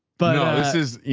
but this is,